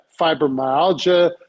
fibromyalgia